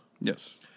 Yes